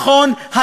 נכון,